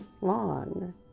long